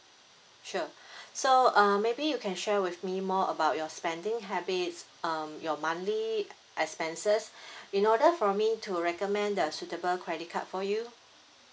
sure so uh maybe you can share with me more about your spending habits um your monthly expenses in order for me to recommend the suitable credit card for you